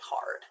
hard